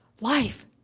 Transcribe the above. life